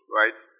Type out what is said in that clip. right